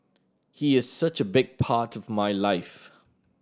he is such a big part of my life